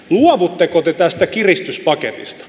luovutteko te tästä kiristyspaketista